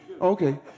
Okay